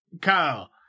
Kyle